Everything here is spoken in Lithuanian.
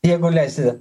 jeigu leisi